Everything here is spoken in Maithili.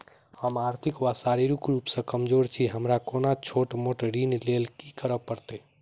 हम आर्थिक व शारीरिक रूप सँ कमजोर छी हमरा कोनों छोट मोट ऋण लैल की करै पड़तै?